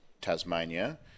Tasmania